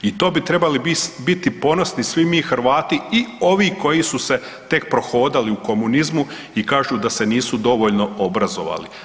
I to bi trebali biti ponosni svi mi Hrvati i ovi koji su se tek prohodali u komunizmu i kažu da se nisu dovoljno obrazovali.